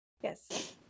Yes